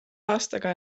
aastaga